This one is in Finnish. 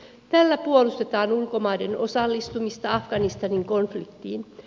tällä puolustetaan ulkomaiden osallistumista afganistanin konfliktiin